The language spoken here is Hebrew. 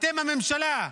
אתם הממשלה.